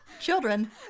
Children